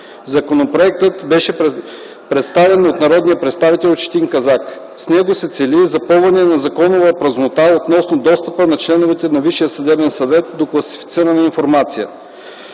Законопроектът беше представен от народния представител Четин Казак. С него се цели запълване на законова празнота относно достъпа на членовете на Висшия съдебен съвет до класифицирана информация,